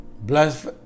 Bless